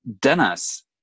Dennis